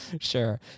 sure